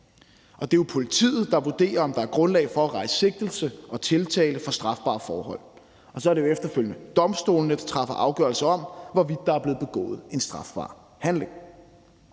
Det er jo politiet, der vurderer, om der er grundlag for at rejse sigtelse og tiltale for strafbare forhold, og så er det efterfølgende domstolene, der træffer afgørelse om, hvorvidt der er blevet begået en strafbar handling.